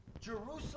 Jerusalem